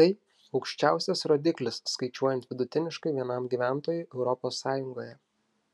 tai aukščiausias rodiklis skaičiuojant vidutiniškai vienam gyventojui europos sąjungoje